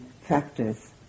factors